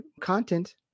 content